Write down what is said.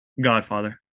Godfather